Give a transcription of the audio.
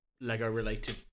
Lego-related